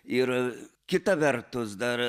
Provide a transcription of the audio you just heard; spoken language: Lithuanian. ir kita vertus dar